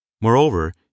Moreover